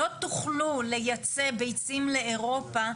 לא תוכלו לייצא ביצים לאירופה,